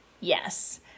Yes